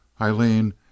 Eileen